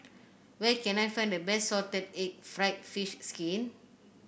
where can I find the best Salted Egg fried fish skin